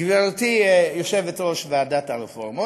גברתי יושבת-ראש ועדת הרפורמות,